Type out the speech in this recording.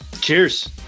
Cheers